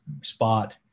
spot